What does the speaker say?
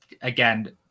again